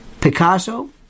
Picasso